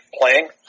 playing